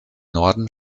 norden